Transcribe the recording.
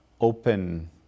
open